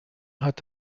hat